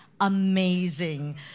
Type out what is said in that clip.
amazing